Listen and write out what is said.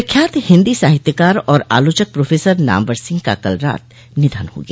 प्रख्यात हिंदी साहित्यकार और आलोचक प्रोफेसर नामवर सिंह का कल रात निधन हो गया